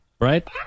right